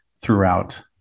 throughout